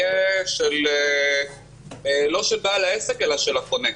תהיה לא של בעל העסק אלא של הקונה.